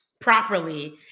properly